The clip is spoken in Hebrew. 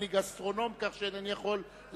ההצבה התקבלה, ואכן, אנחנו חוזרים.